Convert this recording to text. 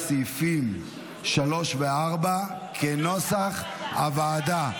סעיפים 3 4, כהצעת הוועדה,